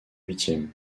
huitième